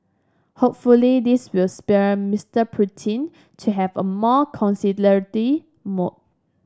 hopefully this will spur Mister Putin to have a more conciliatory mood